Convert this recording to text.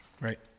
Right